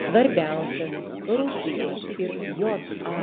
svarbiausias rusijos ir jav